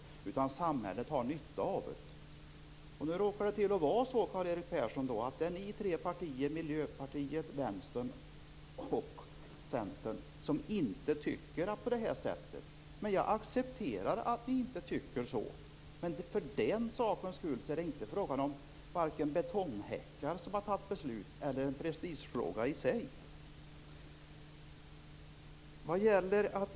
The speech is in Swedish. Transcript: Däremot har samhället nytta av det. Nu råkar det vara så, Karl-Erik Persson, att det är de tre partierna Miljöpartiet, Vänsterpartiet och Centern som inte tycker på det här sättet. Jag accepterar att ni inte tycker så. Men för den sakens skull är det inte fråga om att betonghäckar har fattat beslut, och inte heller är det hela någon prestigefråga i sig.